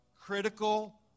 critical